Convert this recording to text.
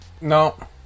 No